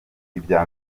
ibya